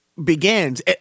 begins